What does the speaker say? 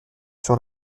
sur